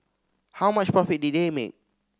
how much profit did they make